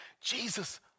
Jesus